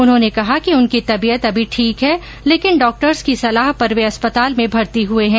उन्होंने कहा कि उनकी तबियत अभी ठीक है लेकिन डॉक्टर्स की सलाह पर वे अस्पताल में भर्ती हुए हैं